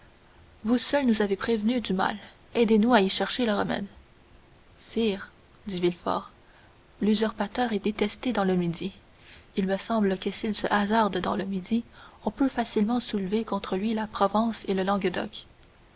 vous seul nous avez prévenu du mal aidez-nous à y chercher le remède sire dit villefort l'usurpateur est détesté dans le midi il me semble que s'il se hasarde dans le midi on peut facilement soulever contre lui la provence et le languedoc